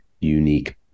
unique